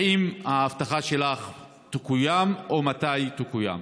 האם ההבטחה שלך תקוים, או מתי תקוים?